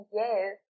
yes